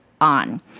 on